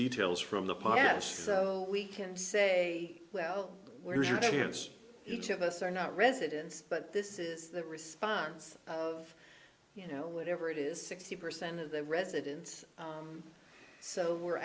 details from the past so we can say well where is your chance each of us are not residents but this is the response of you know whatever it is sixty percent of the residents so we're